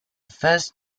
first